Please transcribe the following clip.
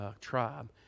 tribe